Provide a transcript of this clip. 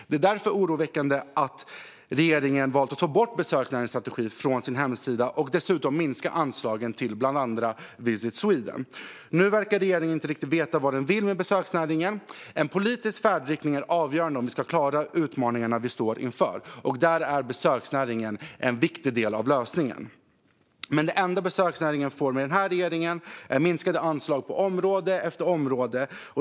Det är därför oroväckande att regeringen valt att ta bort besöksnäringsstrategin från sin hemsida och att dessutom minska anslagen till bland annat Visit Sweden. Nu verkar regeringen inte riktigt veta vad den vill med besöksnäringen. En politisk färdriktning är avgörande om vi ska klara de utmaningar vi står inför. Och där är besöksnäringen en viktig del av lösningen. Men det enda besöksnäringen får med den här regeringen är minskade anslag på område efter område.